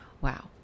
Wow